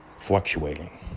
fluctuating